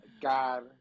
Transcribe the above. God